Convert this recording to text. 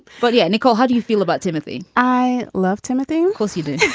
but yeah. nicole, how do you feel about timothy? i love timothy because he did his